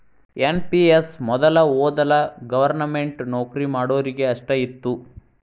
NPS ಮೊದಲ ವೊದಲ government ನೌಕರಿ ಮಾಡೋರಿಗೆ ಅಷ್ಟ ಇತ್ತು